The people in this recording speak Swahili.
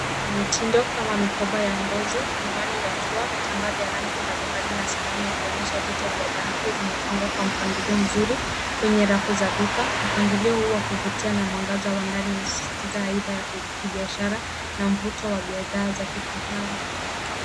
Kuna mitindo kama mikoba ya ngozi, miwani ya jua, vitambaa vya rangi mbalimbali na sanamu ya kuonyesha vito vya dhahabu vimepangwa kwa mpangilio mzuri kwenye rafu za duka. Mpangilio huu wa kuvutia na mwangaza wa ndani unasisitiza haiba ya kibiashara na mvuto wa bidhaa za kifahari.